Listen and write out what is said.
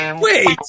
wait